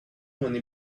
many